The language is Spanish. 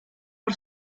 por